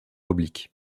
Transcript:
oblique